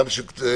גם של תרבות,